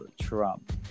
Trump